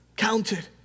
counted